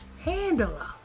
handler